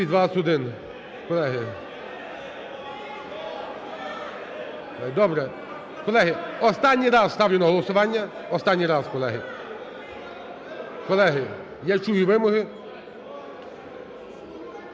добре. Колеги, останній раз ставлю на голосування, останній раз, колеги. Колеги, я чую вимоги.